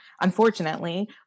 unfortunately